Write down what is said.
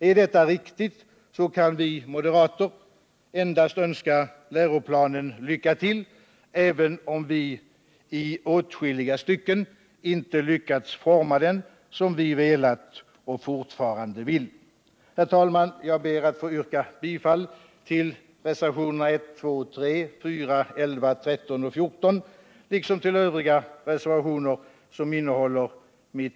Är detta riktigt kan vi moderater endast önska läroplanen lycka till, även om vi i åtskilliga stycken inte har lyckats forma den som vi velat och fortfarande vill. Herr talman! Jag ber att få yrka bifall till reservationerna 1, 2,3,4, 11 och 13 liksom till övriga reservationer där mitt namn finns med.